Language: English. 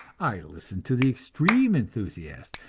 i listened to the extreme enthusiasts,